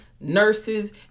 nurses